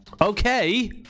Okay